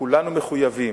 כולנו מחויבים,